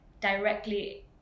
directly